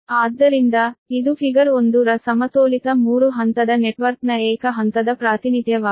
ಆದ್ದರಿಂದ ಇದು ಫಿಗರ್ 1 ರ ಸಮತೋಲಿತ 3 ಹಂತದ ನೆಟ್ವರ್ಕ್ನ ಏಕ ಹಂತದ ಪ್ರಾತಿನಿಧ್ಯವಾಗಿದೆ